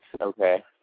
okay